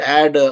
add